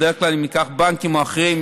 בדרך כלל אם ניקח בנקים או אחרים,